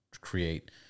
create